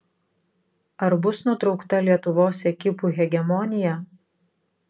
ar bus nutraukta lietuvos ekipų hegemonija